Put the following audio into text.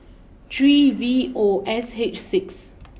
three V O S H six